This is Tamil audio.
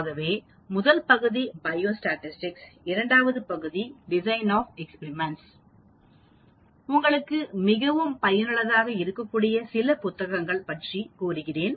ஆகவே முதல் பகுதி பயோஸ்டாடிஸ்டிக்ஸ் இரண்டாவது பகுதி சோதனைகளின் வடிவமைப்பு உங்களுக்கு மிகவும் பயனுள்ளதாக இருக்கக்கூடிய சில புத்தகங்கள் பற்றி கூறுகிறேன்